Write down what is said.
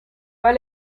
pas